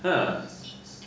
!huh!